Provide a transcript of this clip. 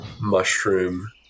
mushroom